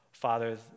Father